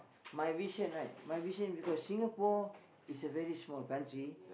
my vision right my vision because Singapore is a very small country